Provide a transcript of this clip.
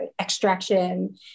extraction